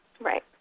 Right